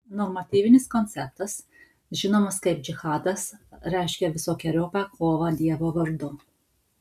normatyvinis konceptas žinomas kaip džihadas reiškia visokeriopą kovą dievo vardu